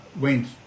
went